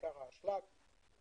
בעיקר האשלג ב-2030,